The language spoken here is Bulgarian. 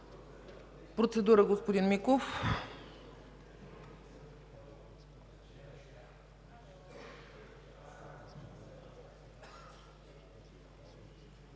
Процедура – господин Миков.